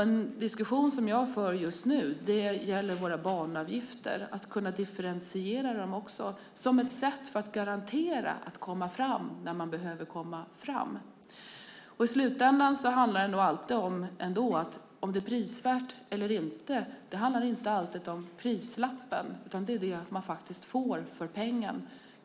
En diskussion jag för just nu gäller våra banavgifter och att kunna differentiera dem som ett sätt att garantera att man kommer fram när man behöver komma fram. I slutändan handlar det ändå om att huruvida något är prisvärt eller inte prisvärt inte alltid handlar om prislappen utan det man faktiskt får för pengen.